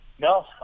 No